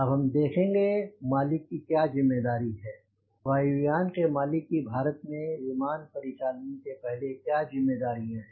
अब हम देखेंगे मालिक की ज़िम्मेदारी है क्या है वायु यान के मालिक की भारत में विमान परिचालन के पहले क्या जिम्मेदारियां हैं